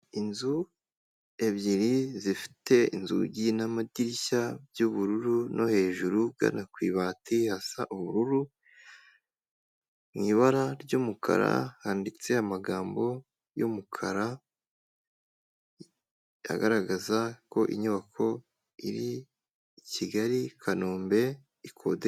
Inzu ebyiri zifite inzugi n'amadirishya by'ubururu no hejuru ugana ku ibati hasa ubururu, mu ibara ry'umukara handitse amagambo y'umukara agaragaza ko inyubako iri i Kigali Kanombe ikodeshwa.